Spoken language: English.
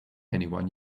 anyone